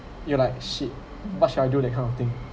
you like shit what should I do that kind of thing